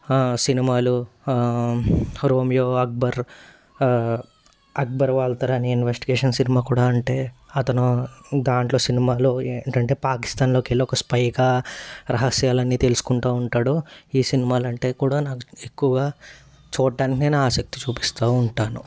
సినిమాలు Romeo Akbar Akbar Walter అనే investigation సినిమా కూడా అంటే అతను దాంట్లో సినిమాలో ఏంటంటే పాకిస్తాన్లోకి వెళ్ళి ఒక స్పైగా రహస్యాలన్నీ తెలుసుకుంటూ ఉంటాడు ఈ సినిమాలు అంటే కూడా నాకు ఎక్కువగా చూడటానికి నేను ఆసక్తి చూపిస్తూ ఉంటాను